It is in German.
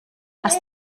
hast